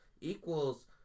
equals